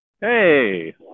Hey